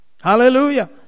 Hallelujah